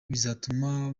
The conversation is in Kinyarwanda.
bizatuma